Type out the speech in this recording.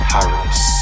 Paris